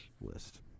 list